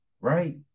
right